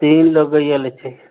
तीन लोगइया ल चाहिए